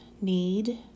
need